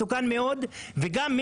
וגם,